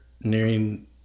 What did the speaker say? nearing